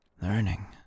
...learning